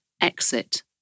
exit